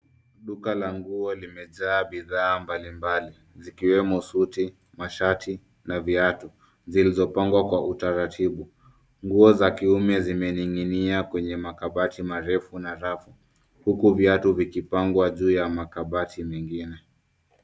Duka la nguo limejaa bidhaa mbalimbali zikiwemo suti, mashati na viatu zilizopangwa kwa utaratibu. Nguo za kiume zimening'inia kwenye makabati marefu na rafu huku viatu vikipangwa juu ya makabati mengine.